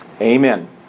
Amen